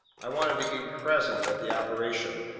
i wanted to be present at the operation.